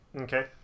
Okay